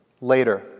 Later